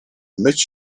myć